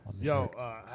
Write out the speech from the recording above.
Yo